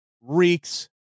reeks